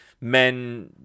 men